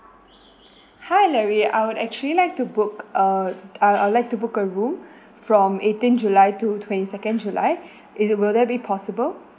hi larry I would actually like to book err ah I'll like to book a room from eighteenth july to twenty second july it will that be possible